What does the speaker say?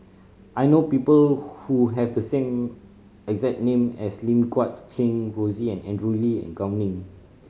I know people who have the same exact name as Lim Guat Kheng Rosie Andrew Lee and Gao Ning